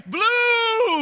Blue